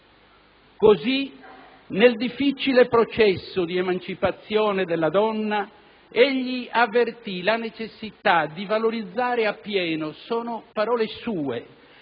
Così, nel difficile processo di emancipazione della donna, egli avvertì la necessità di valorizzare appieno, sono parole sue: